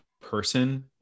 person